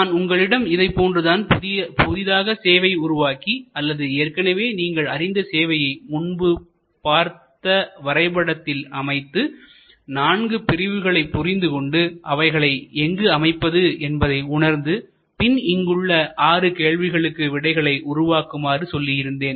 நான் உங்களிடம் இதை போன்றுதான் புதிதாக சேவையை உருவாக்கி அல்லது ஏற்கனவே நீங்கள் அறிந்த சேவையை முன்பு பார்த்த வரை படத்தில் அமைந்த நான்கு பிரிவுகளை புரிந்துகொண்டு அவைகளை எங்கு அமைப்பது என்பதை உணர்ந்து பின் இங்குள்ள ஆறு கேள்விகளுக்கு விடைகளை உருவாக்குமாறு சொல்லியிருந்தேன்